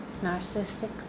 Narcissistic